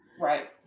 right